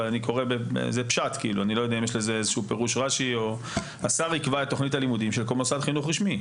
ואני קורא בפשט: ״השר יקבע את תוכנית הלימודים של כל מוסד חינוך רשמי.